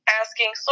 asking